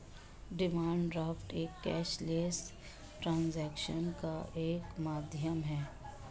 demand draft एक cashless transaction का एक माध्यम है